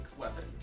weapon